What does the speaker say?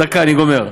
דקה, אני גומר.